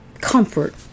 comfort